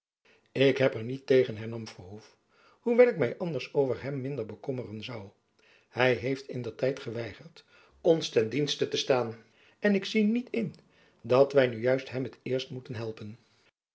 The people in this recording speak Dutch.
k heb er niet tegen hernam verhoef hoewel ik my anders over hem minder bekommeren zoû hy heeft in der tijd geweigerd ons ten dienste te staan en ik zie niet in dat wy nu juist hem t eerst moeten helpen